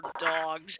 dogs